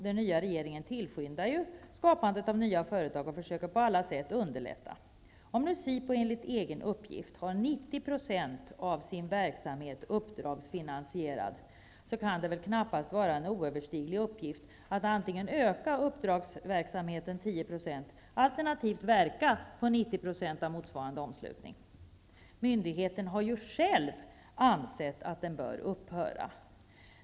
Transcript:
Den nya regeringen tillskyndar skapandet av nya företag och försöker på alla sätt underlätta sådana initiativ. Om SIPU enligt egen uppgift har 90 % av sin verksamhet uppdragsfinansierad kan det knappast vara en oöverstiglig uppgift att antingen öka uppdragsverksamheten 10 % eller verka på 90 % av motsvarande omslutning. Myndigheten har ju själv ansett att den bör upphöra.